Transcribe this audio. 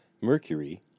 Mercury